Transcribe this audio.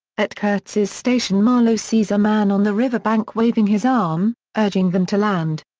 at kurtz's station marlow sees a man on the riverbank waving his arm, urging them to land.